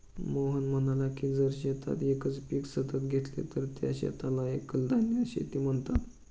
मोहन म्हणाला की जर शेतात एकच पीक सतत घेतले तर त्या शेताला एकल धान्य शेती म्हणतात